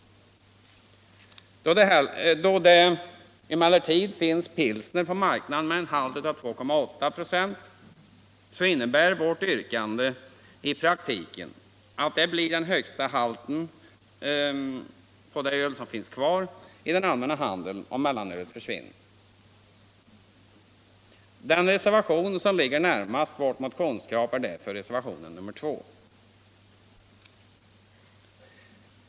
Då det emellertid finns pilsner på marknaden med en halt av 2,8 "v, innebär vårt yrkande i praktiken att detta blir den högsta alkoholhalten hos det öl som finns kvar i den allmänna handeln. Den reservation som ligger närmast vårt motionskrav är därför reservation nr 2.